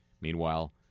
Meanwhile